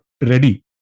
ready